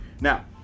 Now